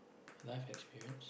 life experience